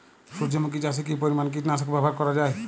সূর্যমুখি চাষে কি পরিমান কীটনাশক ব্যবহার করা যায়?